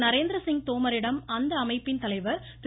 நரேந்திரசிங் தோமரிடம் அந்த அமைப்பின் தலைவா் திரு